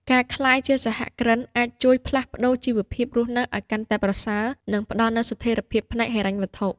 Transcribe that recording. ការក្លាយជាសហគ្រិនអាចជួយផ្លាស់ប្តូរជីវភាពរស់នៅឱ្យកាន់តែប្រសើរ និងផ្តល់នូវស្ថិរភាពផ្នែកហិរញ្ញវត្ថុ។